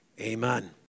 amen